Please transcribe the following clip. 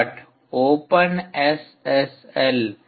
open S S L